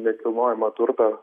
nekilnojamą turtą